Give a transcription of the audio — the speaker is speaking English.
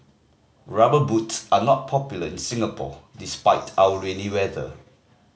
Rubber Boots are not popular in Singapore despite our rainy weather